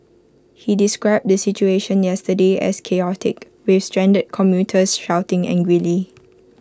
he described the situation yesterday as chaotic with stranded commuters shouting angrily